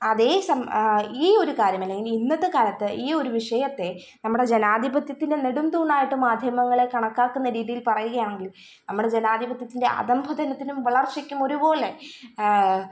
അതേ സം ഈ ഒരു കാര്യമല്ലെങ്കില് ഇന്നത്തെക്കാലത്ത് ഈയൊരു വിഷയത്തെ നമ്മുടെ ജനാധിപത്യത്തിന്റെ നെടുംതൂണായിട്ട് മാധ്യമങ്ങളെ കണക്കാക്കുന്ന രീതിയിൽ പറയുകയാണെങ്കില് നമ്മുടെ ജനാധിപത്യത്തിന്റെ അധഃപതനത്തിനും വളര്ച്ചയ്ക്കും ഒരുപോലെ